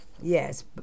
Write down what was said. Yes